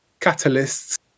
catalysts